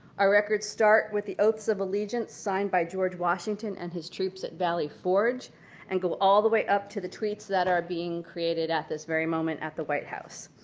our records start with the oaths of allegiance signed by george washington and his troops at valley forge and goes all the way up to the tweets that are being created at this very moment at the white house.